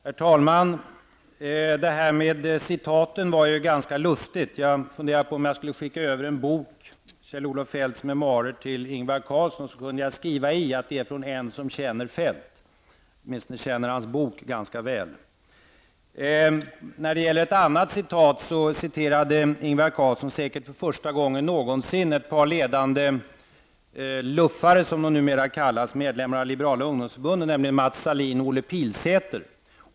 Herr talman! Det här med citaten var ganska lustigt. Jag funderade på om jag skulle skicka över en bok, Kjell-Olof Feldts memoarer, till Ingvar Carlsson och skriva i boken att den kommer från en som känner Feldt. Jag känner åtminstone hans bok ganska väl. Ingvar Carlsson citerade säkert för första gången någonsin ett par ledande LUF-are som de numera kallas, medlemmar av liberala ungdomsförbundet, nämligen Mats Sahlin och Olle Pilsäter.